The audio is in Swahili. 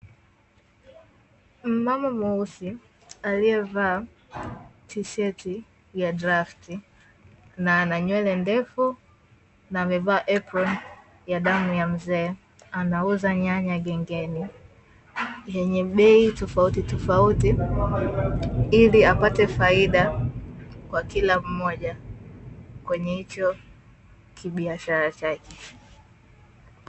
Mama mweusi aliyevaa tisheti ya drafti na ana nywele ndefu na amevaa aproni ya damu ya mzee anauza nyanya gengeni, zenye bei tofauti ili apate faida kwa kila mmoja kwenye hicho kibiashara chake.